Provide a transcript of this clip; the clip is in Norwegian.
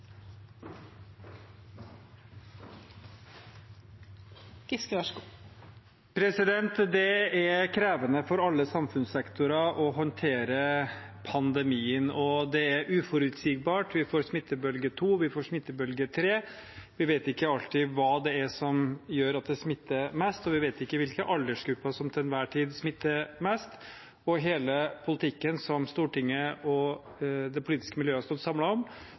uforutsigbart – vi får smittebølge to, vi får smittebølge tre. Vi vet ikke alltid hva det er som gjør at det smitter mest, og vi vet ikke hvilke aldersgrupper som til enhver tid smitter mest. Hele politikken som Stortinget og det politiske miljøet står samlet om, handler om